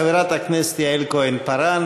חברת הכנסת יעל כהן-פארן,